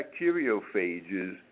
bacteriophages